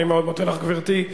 אני מאוד מודה לך, גברתי.